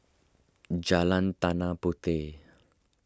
Jalan Tanah Puteh